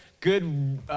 good